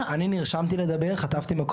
אני רוצה לפתוח עם זה,